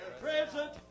present